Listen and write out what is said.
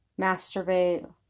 masturbate